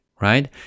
right